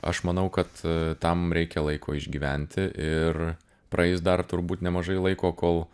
aš manau kad tam reikia laiko išgyventi ir praeis dar turbūt nemažai laiko kol